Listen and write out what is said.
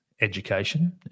education